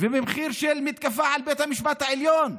ובמחיר של מתקפה על בית המשפט העליון.